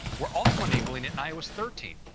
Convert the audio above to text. we're also enabling it in ios thirteen,